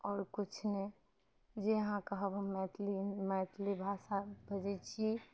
आओर किछु नहि जे अहाँ कहब हम मैथिली मैथिली भाषा बजै छी